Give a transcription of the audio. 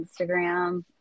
Instagram